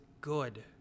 good